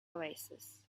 oasis